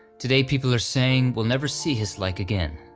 today people are saying we'll never see his like again.